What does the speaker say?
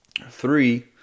Three